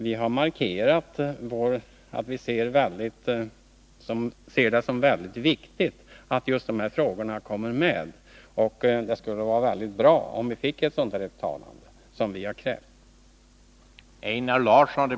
Vi har emellertid därmed velat markera att vi anser det vara väldigt viktigt att just de här frågorna kommer med. Det skulle således vara mycket bra om det gjordes ett uttalande av det slag som vi har krävt.